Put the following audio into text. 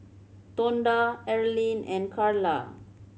Tonda Erlene and Karla